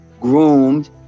groomed